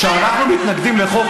כשאנחנו מתנגדים לחוק,